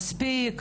מספיק,